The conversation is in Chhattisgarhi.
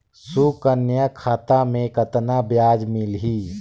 सुकन्या खाता मे कतना ब्याज मिलही?